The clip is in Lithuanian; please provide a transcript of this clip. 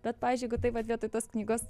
bet pavyzdžiui jeigu taip vat vietoj tos knygos